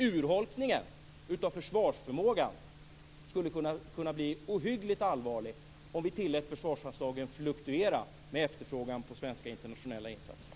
Urholkningen av försvarsförmågan skulle kunna bli ohyggligt allvarlig om vi tillät försvarsanslagen fluktuera med efterfrågan på svenska internationella insatser.